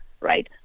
right